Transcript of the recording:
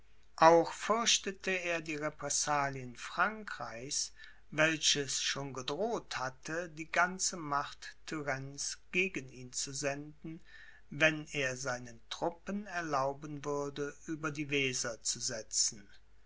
auch fürchtete er die repressalien frankreichs welches schon gedroht hatte die ganze macht turennes gegen ihn zu senden wenn er seinen truppen erlauben würde über die weser zu setzen